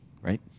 right